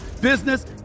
business